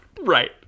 Right